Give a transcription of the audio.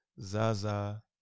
Zaza